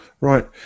Right